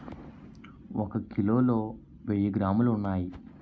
ఒక కిలోలో వెయ్యి గ్రాములు ఉన్నాయి